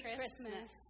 Christmas